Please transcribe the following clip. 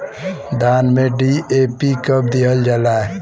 धान में डी.ए.पी कब दिहल जाला?